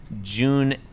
June